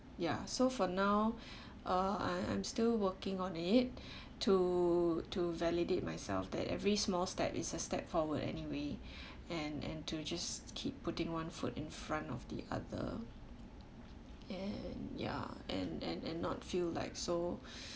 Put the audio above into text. ya so for now uh I'm still working on it to to validate myself that every small step is a step forward anyway and and to just keep putting one foot in front of the other and ya and and and not feel like so